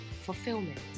Fulfillment